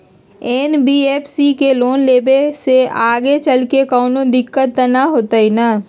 NBFC से loan लेबे से आगेचलके कौनो दिक्कत त न होतई न?